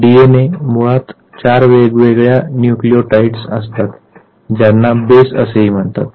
DNA मध्ये मुळात चार वेगवेगळ्या न्यूक्लियोटाईड्स असतात ज्यांना बेस असेही म्हणतात